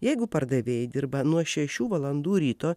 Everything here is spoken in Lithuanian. jeigu pardavėjai dirba nuo šešių valandų ryto